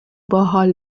باحال